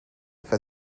for